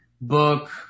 book